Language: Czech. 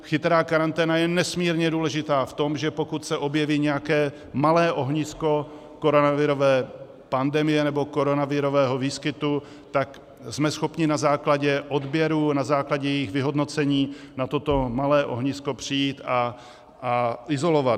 Chytrá karanténa je nesmírně důležitá v tom, že pokud se objeví nějaké malé ohnisko koronavirové pandemie, nebo koronavirového výskytu, tak jsme schopni na základě odběrů a jejich vyhodnocení na toto malé ohnisko přijít a izolovat ho.